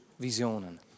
Visionen